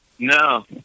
No